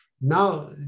Now